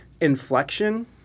inflection